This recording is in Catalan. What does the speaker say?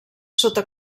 sota